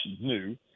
new